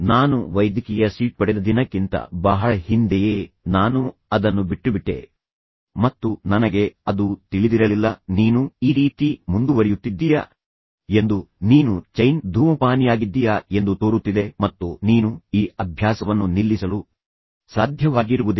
ನಾನು ವೈದ್ಯಕೀಯ ಸೀಟ್ ಪಡೆದ ದಿನಕ್ಕಿಂತ ಬಹಳ ಹಿಂದೆಯೇ ನಾನು ಅದನ್ನು ಬಿಟ್ಟುಬಿಟ್ಟೆ ಮತ್ತು ನನಗೆ ಅದು ತಿಳಿದಿರಲಿಲ್ಲ ನೀನು ಈ ರೀತಿ ಮುಂದುವರಿಯುತ್ತಿದ್ದೀಯ ಎಂದು ನೀನು ಚೈನ್ ಧೂಮಪಾನಿಯಾಗಿದ್ದೀಯ ಎಂದು ತೋರುತ್ತಿದೆ ಮತ್ತು ನಂತರ ನೀನು ಈ ಅಭ್ಯಾಸವನ್ನು ನಿಲ್ಲಿಸಲು ಸಾಧ್ಯವಾಗಿರುವುದಿಲ್ಲ